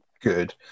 good